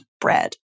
bread